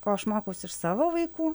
ko aš mokiausi iš savo vaikų